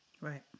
Right